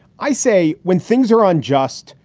i say when things are unjust,